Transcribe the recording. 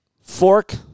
fork